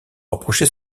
rapprocher